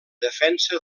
defensa